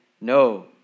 No